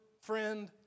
friend